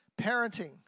parenting